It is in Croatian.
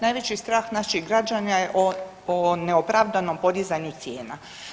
Najveći strah naših građana je o neopravdanom podizanju cijena.